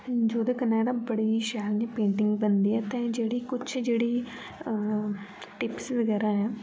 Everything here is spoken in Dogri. जेह्दे कन्नै ते बड़ी शैल पेंटिंग बनदी ऐ ते जेह्ड़ी कुछ जेह्ड़ी टिप्स बगैरा ऐ